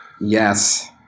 Yes